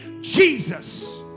Jesus